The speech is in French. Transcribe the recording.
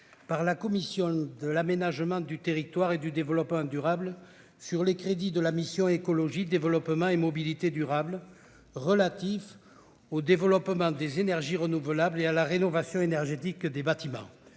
par la commission de l'aménagement du territoire et du développement durable sur les crédits de la mission « Écologie, développement et mobilité durables » relatifs au développement des énergies renouvelables et à la rénovation énergétique des bâtiments.